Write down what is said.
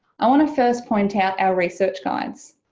i want to first point out our research guides.